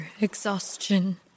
exhaustion